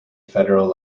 federal